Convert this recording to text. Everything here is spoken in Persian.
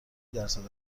درصد